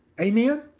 Amen